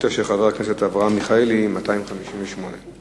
את שר החקלאות ופיתוח הכפר ביום י"א בסיוון התשס"ט (3 ביוני 2009):